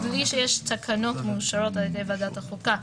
בלי שיש תקנות מאושרות על ידי ועדת החוקה,